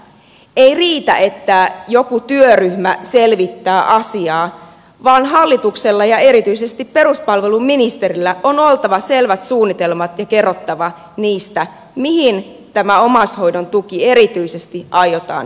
ei riitä että joku työryhmä selvittää asiaa vaan hallituksella ja erityisesti peruspalveluministerillä on oltava selvät suunnitelmat ja on kerrottava mihin tämä omaishoidon tuki erityisesti aiotaan nyt suunnata